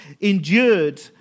endured